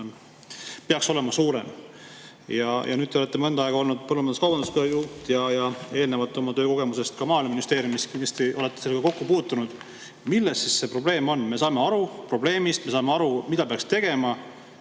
peaks olema suurem. Nüüd te olete mõnda aega olnud põllumajandus-kaubanduskoja juht ja eelnevalt on teil töökogemus ka Maaeluministeeriumist, nii et kindlasti olete sellega kokku puutunud. Milles siis see probleem on? Me saame aru probleemist ja me saame aru, mida peaks tegema,